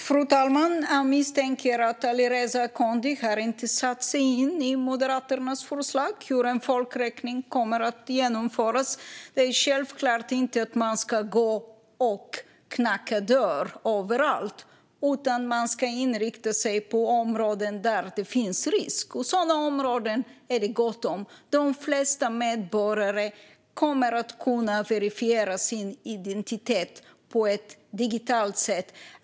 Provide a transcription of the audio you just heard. Fru talman! Jag misstänker att Alireza Akhondi inte har satt sig in i Moderaternas förslag om hur en folkräkning kommer att genomföras. Man ska självklart inte gå och knacka dörr överallt, utan man ska inrikta sig på områden där det finns en risk. Och sådana områden finns det gott om. De flesta medborgare kommer att kunna verifiera sin identitet på ett digitalt sätt.